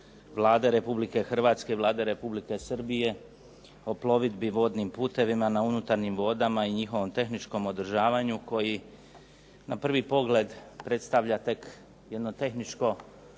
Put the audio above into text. između Republike Hrvatske i Vlade Republike Srbije o plovidbi vodnim putovima na unutarnjim vodama i njihovom tehničkom održavanju koji na prvi pogled predstavlja tek jedno tehničko